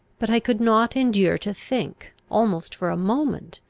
but i could not endure to think, almost for a moment,